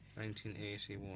1981